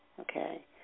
okay